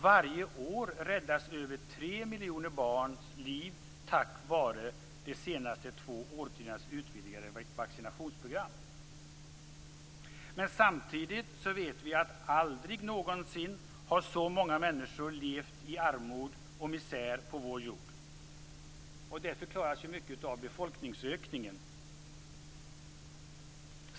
Varje år räddas över tre miljoner barns liv tack vare de senaste två årtiondenas utvidgade vaccinationsprogram. Men samtidigt vet vi att aldrig någonsin har så många människor levt i armod och misär på vår jord. Det förklaras ju mycket av befolkningsökningen.